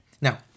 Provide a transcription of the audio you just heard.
now